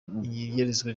inyerezwa